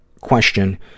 question